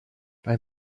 bei